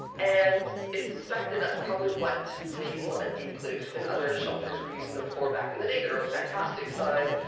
and it's suspected that's probably what the people at diepkloof and other shelters were using them for back in the day. they're a fantastic size.